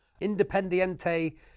Independiente